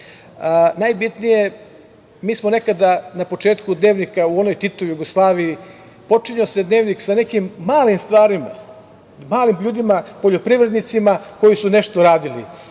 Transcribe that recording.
najbitnije, mi smo nekada na početku „Dnevnika“ u onoj Titovoj Jugoslaviji, počinjao se „Dnevnik“ sa nekim malim stvarima, malim ljudima poljoprivrednicima koji su nešto radili.